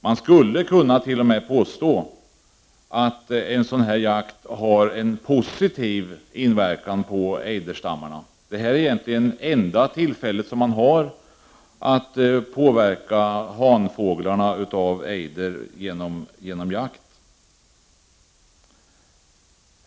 Man skulle t.o.m. kunna påstå att en sådan här jakt har en positiv inverkan på ejderstammen. Vårvintern är egentligen enda tillfället som man har att påverka hanfåglarna av ejder genom jakt.